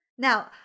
Now